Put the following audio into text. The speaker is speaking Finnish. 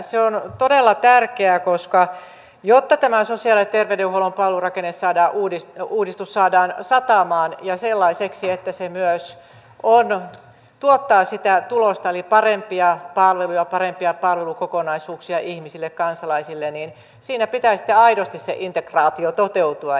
se on todella tärkeää koska jotta tämä sosiaali ja terveydenhuollon palvelurakenteen uudistus saadaan satamaan ja sellaiseksi että se myös tuottaa sitä tulosta eli parempia palveluja parempia palvelukokonaisuuksia ihmisille kansalaisille niin siinä pitää sitten aidosti sen integraation toteutua